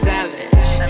Savage